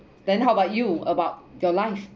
then how about you about your life